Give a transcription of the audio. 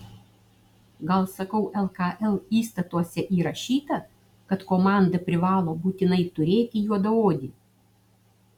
gal sakau lkl įstatuose įrašyta kad komanda privalo būtinai turėti juodaodį